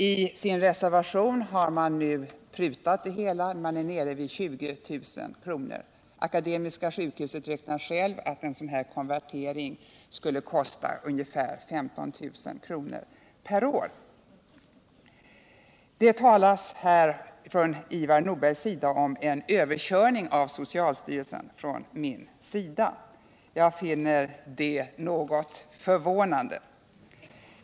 I sin reservation har nu socialdemokraterna prutat på det hela, och man är nere vid 20 000 kr. Akademiska sjukhuset beräknar att en sådan här konvertering skulle kosta ungefär 15 000 kr. per år. Ivar Nordberg talar här om att jag skulle ha kört över av socialstyrelsen. Jag finner det något förvånande.